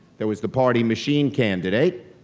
there was the party machine candidate,